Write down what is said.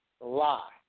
Lie